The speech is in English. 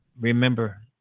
remember